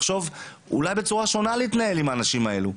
לחשוב אולי להתנהל בצורה שונה עם האנשים האלה.